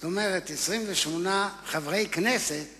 זאת אומרת 28 חברי כנסת